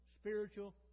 spiritual